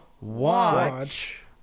watch